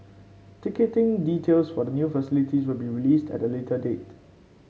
ticketing details for the new facility will be released at a later date